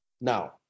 Now